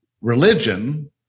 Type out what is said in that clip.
religion